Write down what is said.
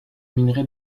minerai